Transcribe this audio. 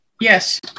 yes